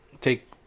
take